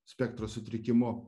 spektro sutrikimu